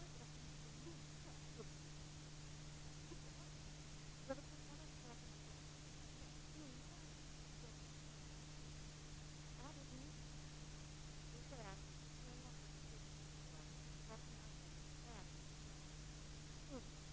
Jag tycker att det är en näst intill naiv inställning. Alla som har någon erfarenhet av denna verksamhet vet att det naturligtvis ger mycket större inflytande till den lokala nivån, om man skickar pengarna direkt dit.